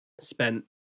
spent